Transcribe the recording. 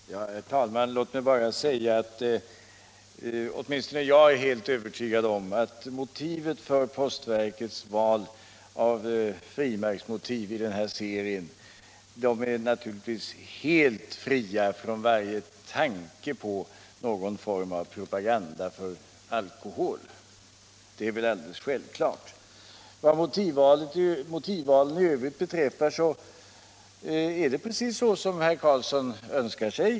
Herr talman! Låt mig bara säga att åtminstone jag är helt övertygad om att postverkets val av frimärksmotiv i den här serien är helt fritt från varje tanke på någon form av propaganda för alkohol. Det är alldeles självklart. Vad motivvalet i övrigt beträffar är det precis så som herr Carlsson önskar sig.